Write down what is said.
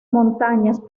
montañas